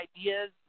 ideas